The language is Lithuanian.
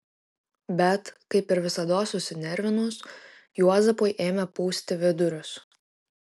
bet kaip ir visados susinervinus juozapui ėmė pūsti vidurius